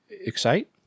Excite